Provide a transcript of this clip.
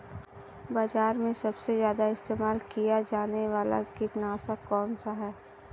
बाज़ार में सबसे ज़्यादा इस्तेमाल किया जाने वाला कीटनाशक कौनसा है?